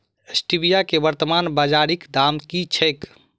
Stevia केँ वर्तमान बाजारीक दाम की छैक?